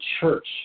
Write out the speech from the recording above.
church